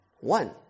one